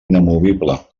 inamovible